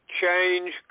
change